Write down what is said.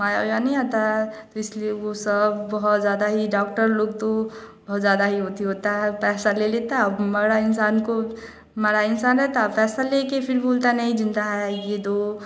माया वाया नहीं आता है तो इसलिए वह सब बहुत ज़्यादा ही डॉक्टर लोग तो बहुत ज़्यादा ही होती होता है पैसा ले लेता है औब मरा इंसान को मरा इंसान रहता पैसा लेकर फ़िर बोलता नहीं ज़िंदा है यह दो